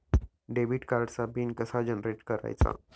Debit कार्डचा pin कसा generate करायचा?